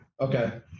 Okay